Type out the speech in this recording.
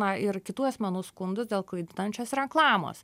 na ir kitų asmenų skundus dėl klaidinančios reklamos